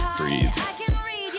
breathe